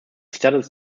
studied